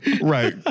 Right